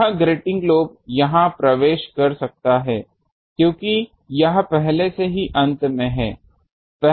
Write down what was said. यह grating lobe यहां प्रवेश कर सकता है क्योंकि यह पहले से ही अंत में है